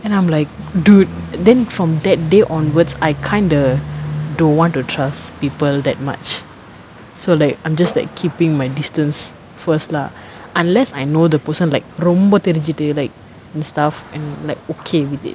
and I'm like dude then from that day onwards I kind a don't want to trust people that much so like I'm just like keeping my distance first lah unless I know the person like ரொம்ப தெரிஞ்சிட்டு:romba therinjittu like and stuff and like okay with it